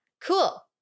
Cool